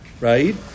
right